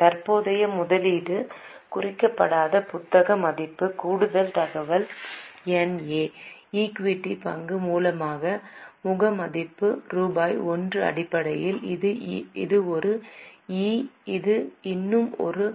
தற்போதைய முதலீடு குறிப்பிடப்படாத புத்தக மதிப்பு கூடுதல் தகவல் என் ஏ ஈக்விட்டி பங்கு மூலதன முக மதிப்பு ரூபாய் 1 அடிப்படையில் இது ஒரு ஈ இது இன்னும் ஒரு